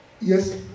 Yes